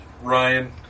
Ryan